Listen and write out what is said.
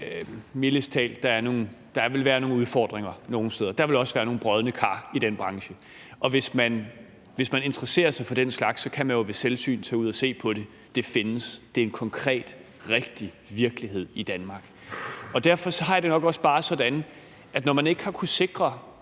mildest talt vil være nogle udfordringer nogle steder, og der vil også være nogle brodne kar i den branche. Og hvis man interesserer sig for den slags, kan man jo ved selvsyn tage ud at se på det. Det findes, det er en konkret, rigtig virkelighed i Danmark. Derfor har jeg det nok også bare sådan, at når man ikke har kunnet sikre